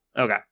okay